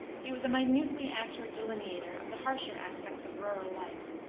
he was a minutely accurate delineator of the harsher aspects of rural life.